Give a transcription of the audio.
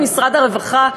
למשרד הרווחה?